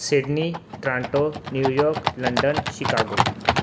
Sydney Toronto New York London Chicago